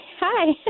Hi